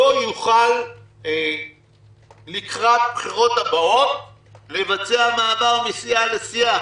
לא יוכל לקראת הבחירות הבאות לבצע מעבר מסיעה לסיעה,